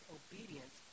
obedience